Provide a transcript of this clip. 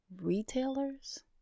retailers